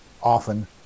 often